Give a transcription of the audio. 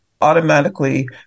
Automatically